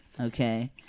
Okay